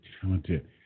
talented